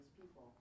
people